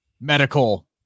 medical